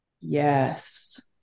Yes